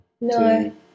no